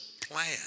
plan